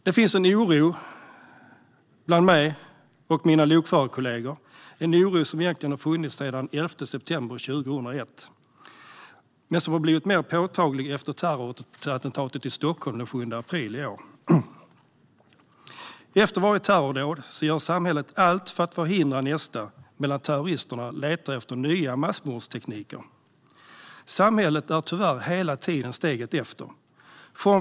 Det finns en oro hos mig och mina lokförarkollegor, en oro som egentligen har funnits sedan den 11 september 2001 men som har blivit mer påtaglig efter terrorattentatet i Stockholm den 7 april i år. Efter varje terrordåd gör samhället allt för att förhindra nästa medan terroristerna letar efter nya massmordstekniker. Samhället är tyvärr hela tiden steget efter.